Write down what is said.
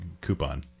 coupon